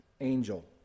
angel